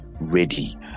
ready